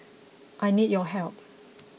I need your help